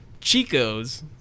Chico's